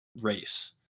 race